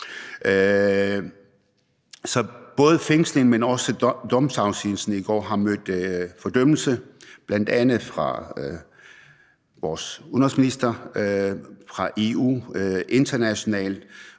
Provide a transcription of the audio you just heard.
Både fængslingen, men også domsafsigelsen i går har mødt fordømmelse, bl.a. fra vores udenrigsminister, fra EU og internationalt,